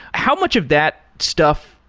how much of that stuff,